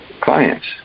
clients